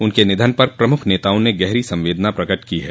उनके निधन पर प्रमुख नेताओं ने गहरी संवेदना प्रकट की है